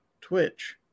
Twitch